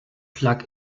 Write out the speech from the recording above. plug